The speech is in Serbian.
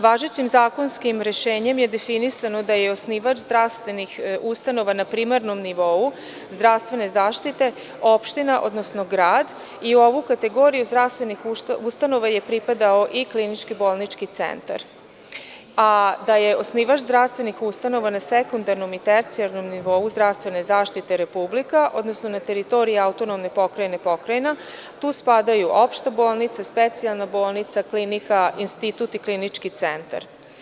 Važećim zakonskim rešenjem je definisano da je osnivač zdravstvenih ustanova na primarnom nivou zdravstvene zaštite - opština, odnosno grad, i u ovu kategoriju zdravstvenih ustanova je pripadao i kliničko-bolnički centar, da je osnivač zdravstvenih ustanova na sekundarnom i tercijalnom nivou zdravstvene zaštite - Republika, odnosno na teritoriji autonomne pokrajine - pokrajina, tu spadaju opšte bolnice, specijalne bolnice, klinika, institut i klinički centar.